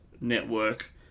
network